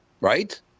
Right